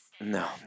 no